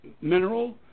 mineral